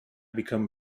become